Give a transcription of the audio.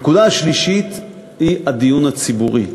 הנקודה השלישית היא הדיון הציבורי.